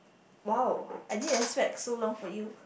!wow! I didn't expect so long for you